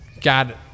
God